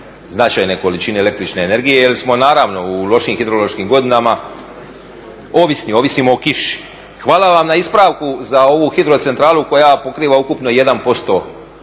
značajne količine električne energije jer smo naravno u lošim hidrološkim godinama ovisni, ovisimo o kiši. Hvala vam na ispravku za ovu hidrocentralu koja pokriva ukupno 1%